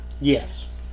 Yes